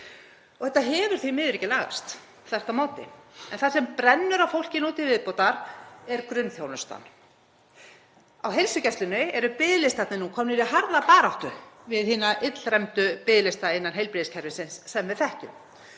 Þetta hefur því miður ekki lagast, þvert á móti. Það sem brennur á fólki nú til viðbótar er grunnþjónustan. Á heilsugæslunni eru biðlistarnir nú komnir í harða baráttu við hina illræmdu biðlista innan heilbrigðiskerfisins sem við þekkjum.